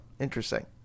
interesting